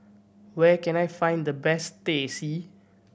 where can I find the best Teh C